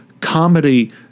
comedy